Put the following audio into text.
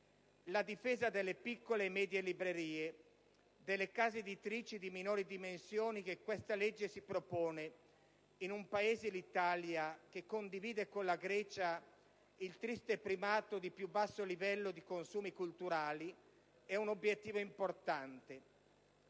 La difesa delle piccole e medie librerie, delle case editrici di minori dimensioni, che questo disegno di legge si propone, in un Paese - l'Italia - che condivide con la Grecia il triste primato di più basso livello di consumi culturali, è un obiettivo importante.